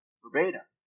verbatim